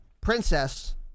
Princess